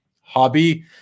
hobby